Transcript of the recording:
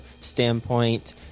standpoint